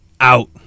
out